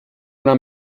una